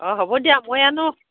অঁ হ'ব দিয়া মই এনেও